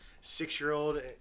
six-year-old